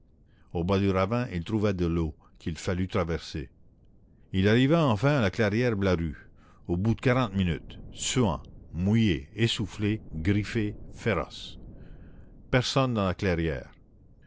au bas du ravin il trouva de l'eau qu'il fallut traverser il arriva enfin à la clairière blaru au bout de quarante minutes suant mouillé essoufflé griffé féroce personne dans la clairière